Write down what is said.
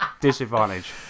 Disadvantage